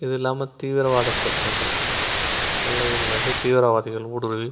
இது இல்லாமல் தீவிரவாத பிரச்சினைகள் எல்லையிலிருந்து தீவிரவாதிகள் ஊடுருவி